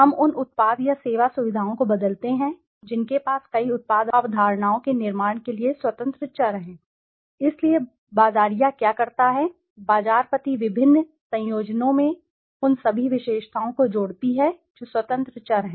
हम उन उत्पाद या सेवा सुविधाओं को बदलते हैं जिनके पास कई उत्पाद अवधारणाओं के निर्माण के लिए स्वतंत्र चर हैं इसलिए बाज़ारिया क्या करता है बाज़ारपति विभिन्न संयोजनों में उन सभी विशेषताओं को जोड़ती है जो स्वतंत्र चर हैं